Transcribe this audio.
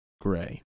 Gray